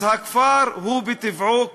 אז הכפר הוא בטבעו כפר.